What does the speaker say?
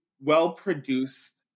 well-produced